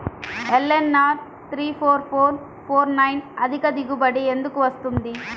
LNR three four four four nine అధిక దిగుబడి ఎందుకు వస్తుంది?